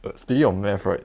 speaking of math right